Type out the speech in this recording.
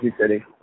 City